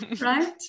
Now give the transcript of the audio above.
right